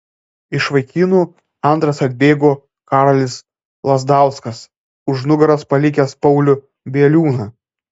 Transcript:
iš vaikinų antras atbėgo karolis lazdauskas už nugaros palikęs paulių bieliūną